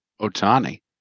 Otani